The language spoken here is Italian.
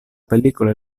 pellicola